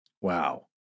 Wow